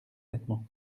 nettement